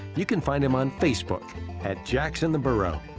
you can find him on facebook at jackson the burro.